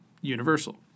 universal